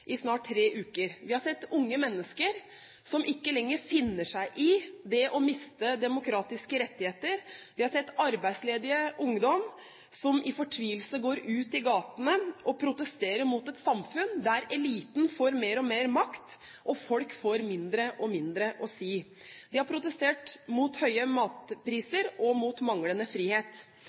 i snart tre uker. Vi har sett unge mennesker som ikke lenger finner seg i å miste demokratiske rettigheter. Vi har sett arbeidsledig ungdom som i fortvilelse går ut i gatene og protesterer mot et samfunn der eliten får mer og mer makt, og folk får mindre og mindre å si. De har protestert mot høye matpriser og mot manglende frihet.